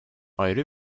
ayrı